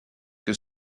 que